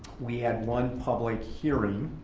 we had one public hearing.